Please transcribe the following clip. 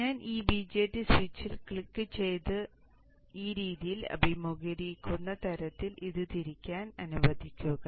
ഞാൻ ഈ BJT സ്വിച്ചിൽ ക്ലിക്കുചെയ്ത് ഈ രീതിയിൽ അഭിമുഖീകരിക്കുന്ന തരത്തിൽ ഇത് തിരിക്കാൻ അനുവദിക്കുക